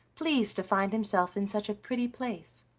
pleased to find himself in such a pretty place,